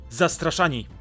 zastraszani